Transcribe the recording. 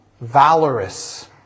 valorous